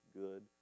good